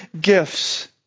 gifts